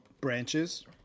branches